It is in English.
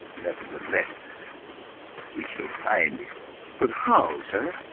nevertheless we shall find it but how sir?